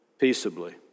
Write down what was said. peaceably